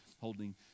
holding